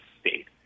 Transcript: state